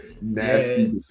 Nasty